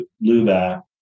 LUBA